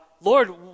Lord